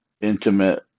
intimate